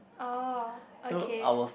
orh okay